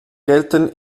gelten